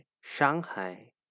Shanghai